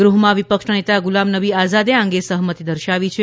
ગૃહમાં વિપક્ષના નેતા ગુલામ નબી આઝાદે આ અંગે સહમતી દર્શાવી છે